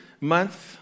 month